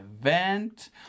event